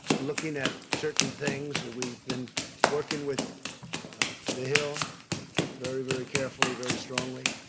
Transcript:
looking at certain things. we've been working with the hill very, very carefully, very strongly.